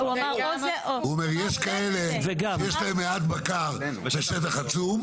לימור סון הר מלך (עוצמה יהודית): זה מעט בקר על שטח עצום.